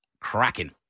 cracking